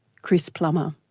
chris plummer.